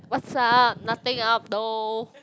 what's up nothing up though